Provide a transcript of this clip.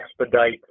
expedite